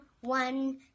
one